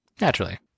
Naturally